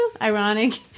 Ironic